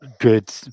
Good